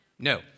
No